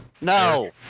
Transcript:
No